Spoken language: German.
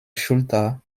schulter